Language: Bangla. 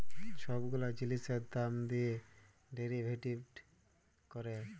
ছব গুলা জিলিসের দাম দিঁয়ে ডেরিভেটিভ ক্যরে